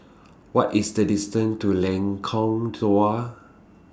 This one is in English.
What IS The distance to Lengkong Dua